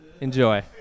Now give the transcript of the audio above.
Enjoy